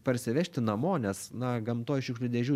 parsivežti namo nes na gamtoj šiukšlių dėžių